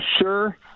sure